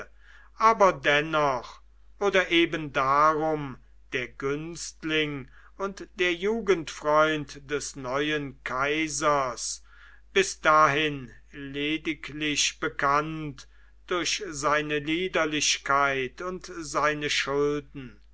aber dennoch oder eben darum der günstling und der jugendfreund des neuen kaisers bis dahin lediglich bekannt durch seine liederlichkeit und seine schulden